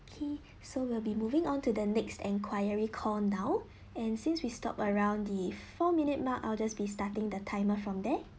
okay so we'll be moving on to the next enquiry call now and since we stopped around the four minute mark I'll just be starting the timer from there